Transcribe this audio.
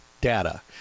data